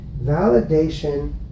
Validation